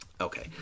Okay